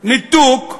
ניתוק,